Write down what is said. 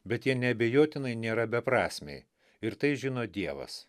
bet jie neabejotinai nėra beprasmiai ir tai žino dievas